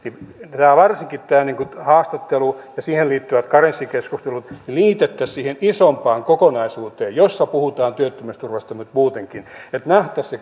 että varsinkin tämä haastattelu ja siihen liittyvät karenssikeskustelut liitettäisiin siihen isompaan kokonaisuuteen jossa puhutaan työttömyysturvasta muutenkin että nähtäisiin